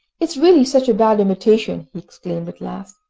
is really such a bad imitation, he exclaimed at last,